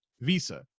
Visa